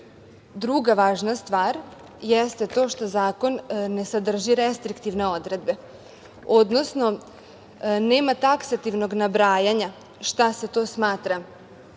važna stvar jeste to što zakon ne sadrži restriktivne odredbe, odnosno nema taksativnog nabrajanja šta se to smatra